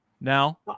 now